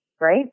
right